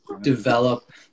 develop